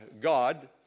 God